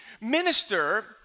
Minister